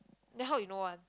then how you know one